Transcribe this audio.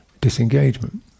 disengagement